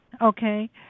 Okay